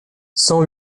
cent